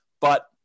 but-